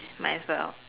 might as well